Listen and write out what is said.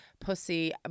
Pussy